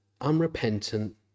unrepentant